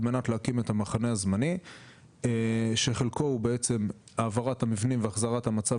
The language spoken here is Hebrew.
על מנת להקים את המחנה הזמני שחלקו הוא בעצם העברת מבנים והחזרת המצב